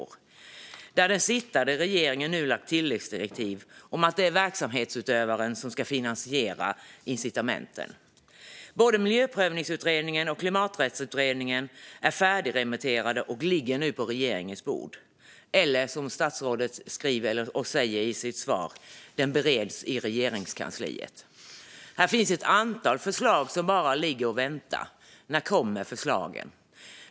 Där har den sittande regeringen nu lagt tilläggsdirektiv om att det är verksamhetsutövaren som ska finansiera incitamenten. Både Miljöprövningsutredningen och Klimaträttsutredningen är färdigremitterade och ligger nu på regeringens bord eller, som statsrådet säger i sitt svar, bereds i Regeringskansliet. Här finns ett antal förslag som bara ligger och väntar. När kommer förslagen?